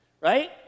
right